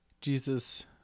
Jesus